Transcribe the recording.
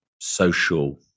social